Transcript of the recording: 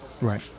Right